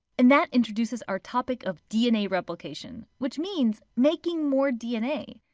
and that introduces our topic of dna replication, which means, making more dna.